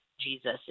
Jesus